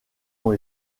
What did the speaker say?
ont